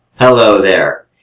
hello there!